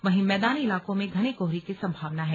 वहीं मैदानी इलाकों में घने कोहरे की संभावना है